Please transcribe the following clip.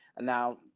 Now